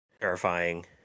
terrifying